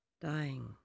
Dying